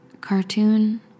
cartoon